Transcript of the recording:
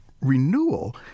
renewal